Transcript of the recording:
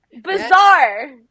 Bizarre